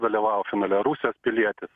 dalyvavo finale rusijos pilietis